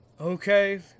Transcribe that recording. Okay